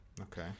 Okay